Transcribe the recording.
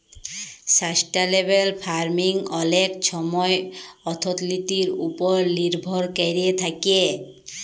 sustainable farming অলেক ছময় অথ্থলিতির উপর লির্ভর ক্যইরে থ্যাকে